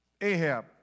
Ahab